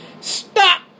Stop